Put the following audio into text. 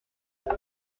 vous